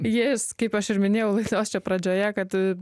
jis kaip aš ir minėjau laidos čia pradžioje kad